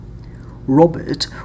Robert